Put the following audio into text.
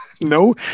No